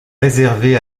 réservée